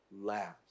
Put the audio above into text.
last